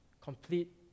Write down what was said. complete